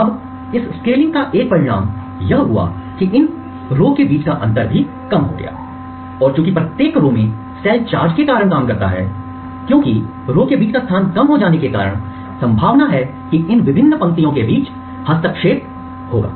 अब इस स्केलिंग का एक परिणाम यह हुआ कि इन पंक्तियों रो के बीच का अंतर भी कम हो गया और चूँकि प्रत्येक पंक्ति रो में सेल चार्ज के कारण काम करता है क्योंकि पंक्तियों रो के बीच का स्थान कम हो जाने के कारण संभावना है कि इन विभिन्न पंक्तियों के बीच हस्तक्षेप होगा